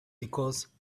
because